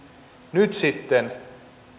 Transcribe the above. nyt sitten